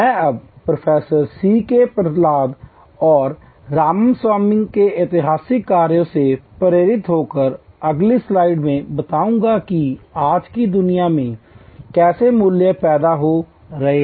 मैं अब professor C K Prahalad और रामास्वामी के ऐतिहासिक कार्य से प्रेरित होकर अगली स्लाइड में बताऊंगा कि आज की दुनिया में कैसे मूल्य पैदा हो रहे हैं